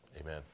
Amen